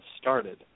started